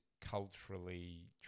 culturally